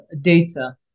data